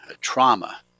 Trauma